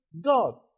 God